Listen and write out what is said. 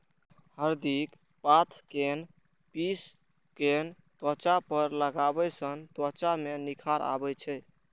हरदिक पात कें पीस कें त्वचा पर लगाबै सं त्वचा मे निखार आबै छै